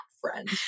friend